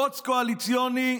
בוץ קואליציוני,